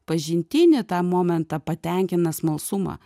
pažintinį tą momentą patenkina smalsumą